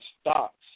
stocks